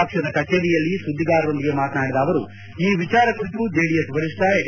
ಪಕ್ಷದ ಕಚೇರಿಯಲ್ಲಿ ಸುದ್ದಿಗಾರರೊಂದಿಗೆ ಮಾತನಾಡಿದ ಅವರು ಈ ವಿಜಾರ ಕುರಿತು ಜೆಡಿಎಸ್ ವರಿಷ್ಠ ಎಚ್